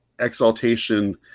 exaltation